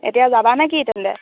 এতিয়া যাবা নেকি তেনেহ'লে